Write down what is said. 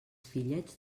fillets